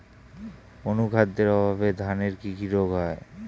অনুখাদ্যের অভাবে ধানের কি কি রোগ হয়?